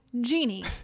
genie